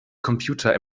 computer